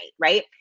right